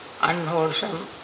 unwholesome